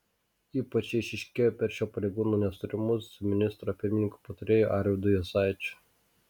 ypač jie išryškėjo per šio pareigūno nesutarimus su ministro pirmininko patarėju arvydu juozaičiu